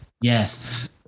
yes